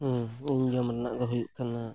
ᱤᱧ ᱡᱚᱢ ᱨᱮᱱᱟᱜ ᱫᱚ ᱦᱩᱭᱩᱜ ᱠᱟᱱᱟ